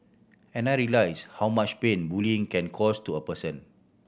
and I realised how much pain bullying can cause to a person